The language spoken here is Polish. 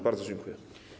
Bardzo dziękuję.